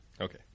Okay